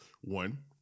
one